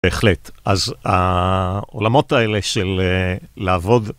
בהחלט, אז העולמות האלה של לעבוד